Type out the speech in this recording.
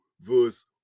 verse